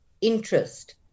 interest